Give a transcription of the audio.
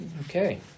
Okay